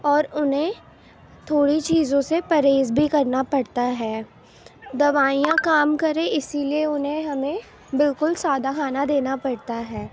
اور انہیں تھوڑی چیزوں سے پرہیز بھی کرنا پڑتا ہے دوائیاں کام کرے اسی لیے انہیں ہمیں بالکل سادہ کھانا دینا پڑتا ہے